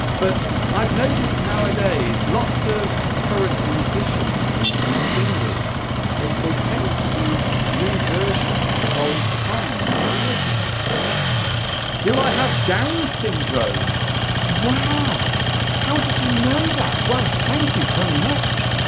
but i've noticed nowadays lots of current musicians and in singers they they tend to do new versions of old songs have you noticed noticed that do i have down syndrom wow how did you know that well thank you very much